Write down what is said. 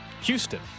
Houston